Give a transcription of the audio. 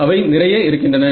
அவை நிறைய இருக்கின்றன